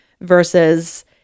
versus